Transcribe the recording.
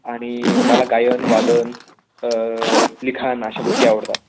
आणि मला गायन वादन लिखाण अशा गोष्टी आवडतात